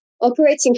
Operating